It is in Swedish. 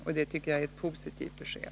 Det tycker jag är ett positivt besked.